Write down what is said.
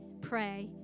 pray